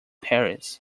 paris